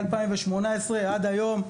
מ-2018 עד היום.